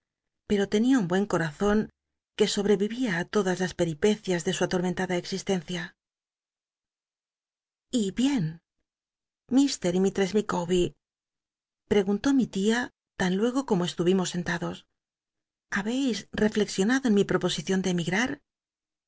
pero tenia un buen corazon que sobrevivía á todas las peripecias de su atormentada existencia y bien k y misttess ll licawber preguntó mi tia tan luego como estuvimos sentados ha beis reflexionado en mi proposicion de emigrar